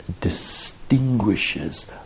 distinguishes